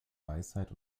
weisheit